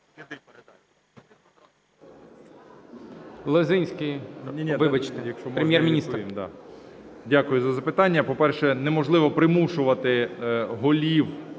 Дякую за запитання. По-перше, неможливо примушувати голів